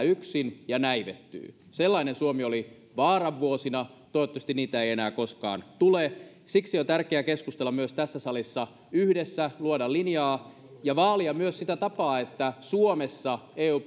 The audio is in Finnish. yksin ja näivettyy sellainen suomi oli vaaran vuosina toivottavasti niitä ei enää koskaan tule siksi on tärkeää keskustella myös tässä salissa yhdessä luoda linjaa ja vaalia myös sitä tapaa että suomessa haetaan eu